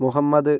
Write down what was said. Muhammad